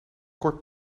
kort